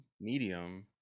medium